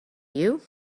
you